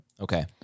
Okay